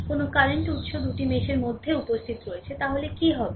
তো তাহলে কি হবে